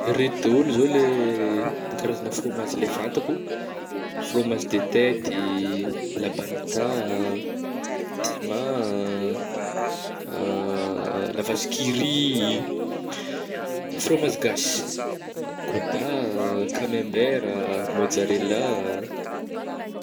reto daôlo zao le an-karazagna frômazy le fantako frômazy de tety, labanita ah, timà ah, la vache qui rit, frômazy gasy, gôda, kamembera, mozzarella.